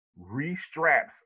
restraps